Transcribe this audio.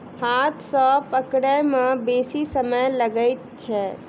हाथ सॅ पकड़य मे बेसी समय लगैत छै